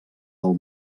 del